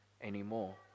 anymore